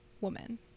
woman